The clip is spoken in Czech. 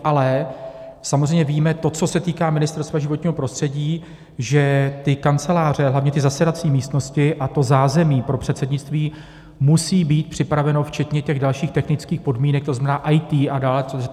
Ale samozřejmě víme to, co se týká Ministerstva životního prostředí, že ty kanceláře, a hlavně zasedací místnosti a to zázemí pro předsednictví musí být připraveny včetně dalších technických podmínek, to znamená IT a dále.